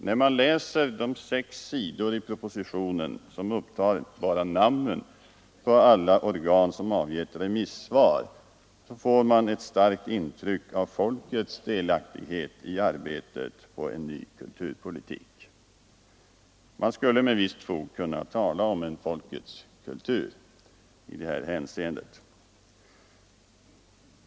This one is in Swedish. När man läser de sex sidor i propositionen som upptar bara namnen på alla organ som avgett remissvar får man ett starkt intryck av folkets delaktighet i arbetet på en ny kulturpolitik. Man skulle med visst fog kunna tala om en folkets kultur i detta hänseende.